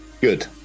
Good